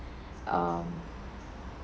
um